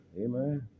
Amen